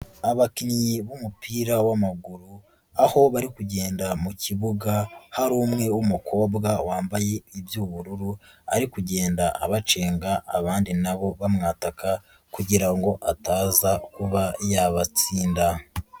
Abakinnyi b'umupira w'amaguru aho bari kugenda mu kibuga hari umwe w'umukobwa wambaye iby'ubururu ari kugenda abacenga abandi na bo bamwatakaka kugira ngo ataza kuba yabatsinda.